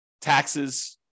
taxes